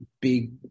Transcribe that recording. big